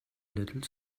little